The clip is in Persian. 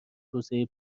توسعه